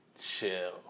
chill